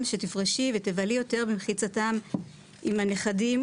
שתפרשי ותבלי יותר במחיצתם עם הנכדים